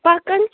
پَکان چھِ